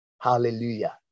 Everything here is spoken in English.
Hallelujah